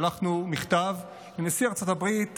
שלחנו מכתב לנשיא ארצות הברית